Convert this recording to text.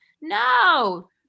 No